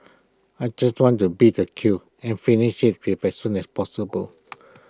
I just wanted to beat the queue and finish as soon as possible